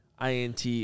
INT